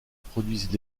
produisent